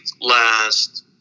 last